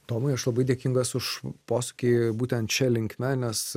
tomai aš labai dėkingas už posūkį būtent šia linkme nes